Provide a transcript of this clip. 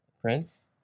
Prince